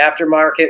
aftermarket